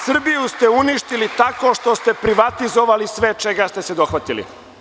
Srbiju ste uništili tako što ste privatizovali sve čega ste se dohvatili.